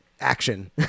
action